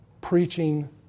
preaching